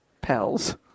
Pals